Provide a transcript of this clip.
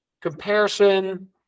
comparison